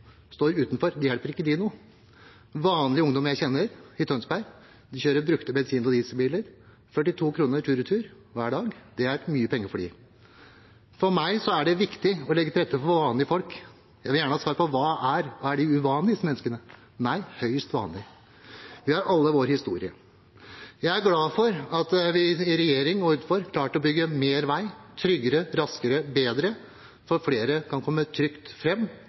står utenfor, hjelper det ikke noe. Vanlige ungdommer jeg kjenner i Tønsberg, kjører brukte bensin- og dieselbiler – det er 42 kr tur–retur hver dag. Det er mye penger for dem. For meg er det viktig å legge til rette for vanlige folk. Jeg vil gjerne ha svar på: Er de uvanlige disse menneskene? Nei, de er høyst vanlige. Vi har alle vår historie. Jeg er glad for at vi i regjering og utenfor har klart å bygge mer vei tryggere, raskere og bedre, så flere kan komme trygt